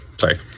sorry